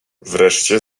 wreszcie